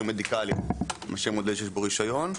יותר מרדיקאלית מאשר ברישיון,